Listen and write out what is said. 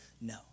No